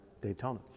Daytona